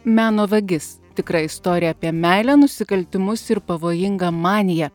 meno vagis tikra istorija apie meilę nusikaltimus ir pavojingą maniją